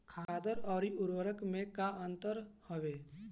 खादर अवरी उर्वरक मैं का अंतर हवे?